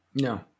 No